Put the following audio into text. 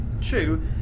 True